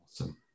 Awesome